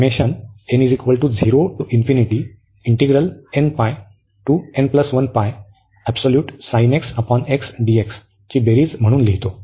आणि आपण हे ची बेरीज म्हणून लिहितो